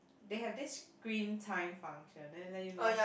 they have this screen time function then let you know